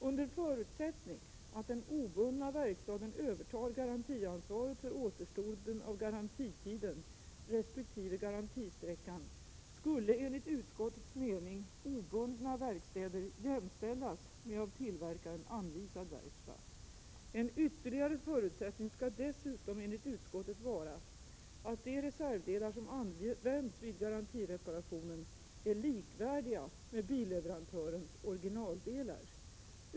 Under förutsättning att den ”obundna” verkstaden övertar garantiansvaret för återstoden av garantitiden resp. garantisträckan skulle enligt utskottets mening obundna verkstäder jämställas med av tillverkaren anvisad verkstad. En ytterligare förutsättning skall dessutom enligt utskottet vara att de reservdelar som används vid garantireparationen är likvärdiga med billeverantörens originaldelar.